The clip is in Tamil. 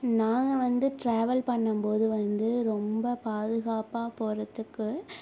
நாங்கள் வந்து டிராவல் பண்ணும்போது வந்து ரொம்ப பாதுகாப்பாக போகறதுக்கு